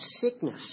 sickness